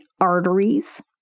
arteries